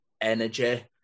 energy